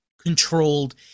controlled